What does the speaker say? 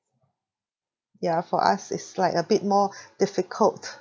ya for us it's like a bit more difficult